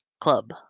club